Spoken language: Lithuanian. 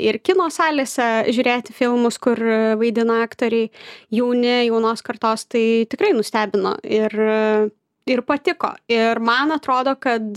ir kino salėse žiūrėti filmus kur vaidina aktoriai jauni jaunos kartos tai tikrai nustebino ir ir patiko ir man atrodo kad